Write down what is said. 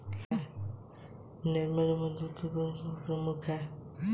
nerium oleander फूल हैं जो गुलाबी रंग के होते हैं